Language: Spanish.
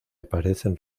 aparecen